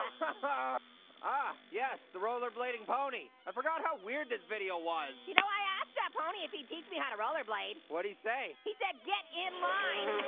and ah, yes, the roller blading pony. i forgot how weird this video was. you know, i asked that pony if he'd teach me how to roller blade. what did he say? he said, get in line.